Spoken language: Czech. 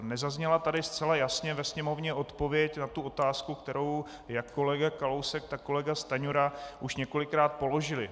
Nezazněla tady zcela jasně ve Sněmovně odpověď na otázku, kterou jak kolega Kalousek, tak kolega Stanjura už několikrát položili.